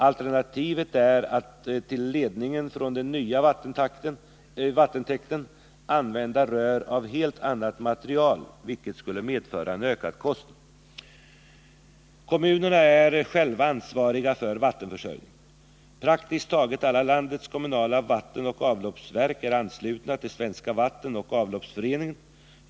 Alternativet är att till ledningen från den nya vattentäkten använda rör av helt annat material, vilket skulle medföra en ökad kostnad. Kommunerna är själva ansvariga för vattenförsörjningen. Praktiskt taget alla landets kommunala vattenoch avloppsverk är anslutna till Svenska vattenoch avloppsverksföreningen .